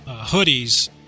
hoodies